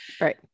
Right